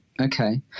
Okay